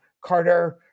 Carter